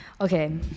okay